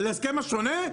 על ההסכם השונה?